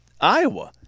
iowa